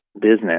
business